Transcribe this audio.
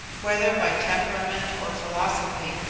whether by temperament or philosophy,